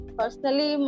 personally